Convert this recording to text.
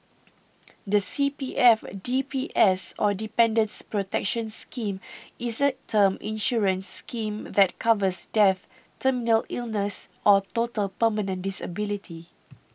the C P F D P S or Dependants' Protection Scheme is a term insurance scheme that covers death terminal illness or total permanent disability